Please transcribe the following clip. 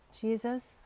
Jesus